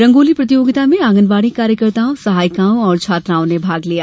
रंगोली प्रतियोगिताओं में आंगनवाड़ी कार्यकर्ताओं सहायिकाओं और छात्राओं ने भाग लिया